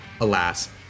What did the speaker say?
alas